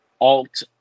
alt